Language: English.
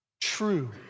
true